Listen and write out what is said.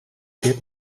dit